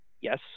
yes